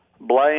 Blaine